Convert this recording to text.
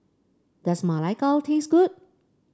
does Ma Lai Gao taste good